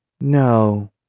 No